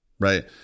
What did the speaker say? Right